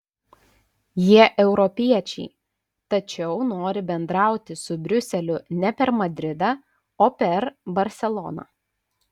jie europiečiai tačiau nori bendrauti su briuseliu ne per madridą o per barseloną